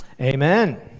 Amen